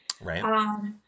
Right